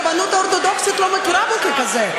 הרבנות האורתודוקסית לא מכירה בו ככזה,